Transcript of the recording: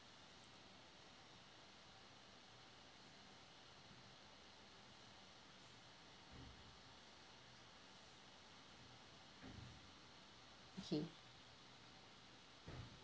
okay